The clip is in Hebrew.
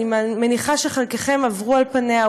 אני מניחה שחלקכם עברו על פניה,